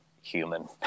human